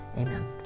amen